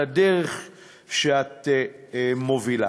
על הדרך שאת מובילה.